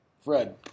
Fred